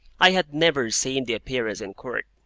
i had never seen the appearance in court.